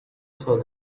saw